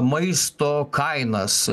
maisto kainas